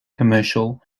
commercial